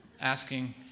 Asking